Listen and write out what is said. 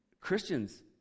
Christians